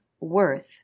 worth